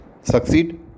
Succeed